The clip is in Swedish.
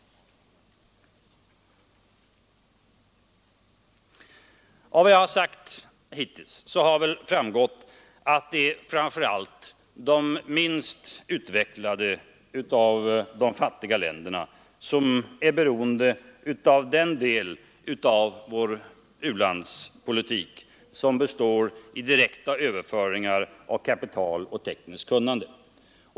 Av vad jag har sagt hittills har väl framgått att det framför allt är de minst utvecklade av de fattiga länderna som är beroende av den del av vår u-landspolitik som består av direkt överföring av kapital och tekniskt kunnande.